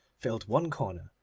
filled one corner,